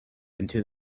into